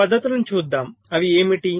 ఈ పద్ధతులను చూద్దాం అవి ఏమిటి